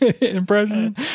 Impression